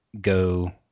go